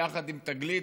יחד עם תגלית.